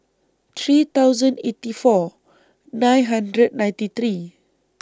three thousand eighty four nine hundred ninety three